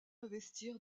investir